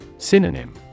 Synonym